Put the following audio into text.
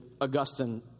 Augustine